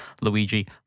Luigi